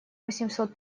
восемьсот